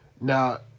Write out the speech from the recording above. Now